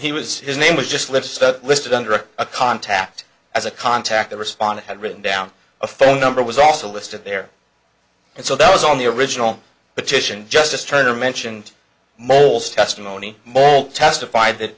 he was his name was just lists that listed under a contact as a contact the respondent had written down a phone number was also listed there and so that was on the original petition justice turner mentioned mole's testimony molt testified that